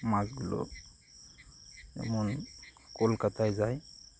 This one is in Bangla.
মাছগুলো যেমন কলকাতায় যায়